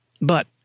But